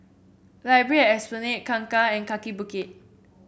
Library at Esplanade Kangkar and Kaki Bukit